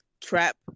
trap